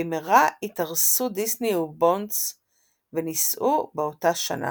במהרה התארסו דיסני ובונדס ונישאו באותה שנה.